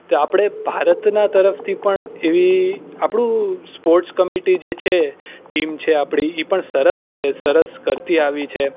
તો આપણે ભારતના તરફથી પણ એવી આપણું સ્પોર્ટ્સ કમિટી જે છે ટીમ છે આપણી એ પણ સરસ છે સરસ કરતી આવી છે